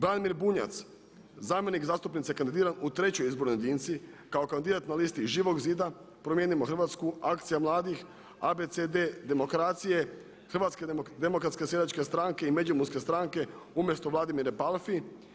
Danimir Bunjac zamjenik zastupnice kandidiran u trećoj izbornoj jedinici kao kandidat na listi Živog zida, Promijenimo Hrvatsku“ Akcija mladih i Abecede demokracije, Hrvatske demokratske seljačke stranke i Međimurske stranke umjesto Vladimire Palfi.